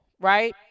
right